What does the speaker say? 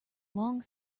long